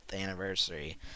anniversary